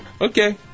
Okay